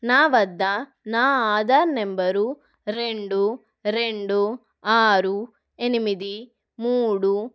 నా వద్ద నా ఆధార్ నంబరు రెండు రెండు ఆరు ఎనిమిది మూడు